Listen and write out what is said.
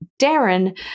Darren